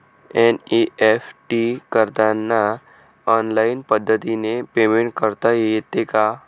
NEFT करताना online पद्धतीने payment करता येते का?